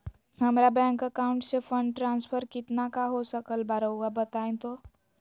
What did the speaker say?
हमरा bank account से fund transfer कितना का हो सकल बा रुआ बताई तो?